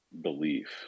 belief